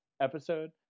episode